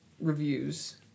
reviews